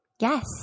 Yes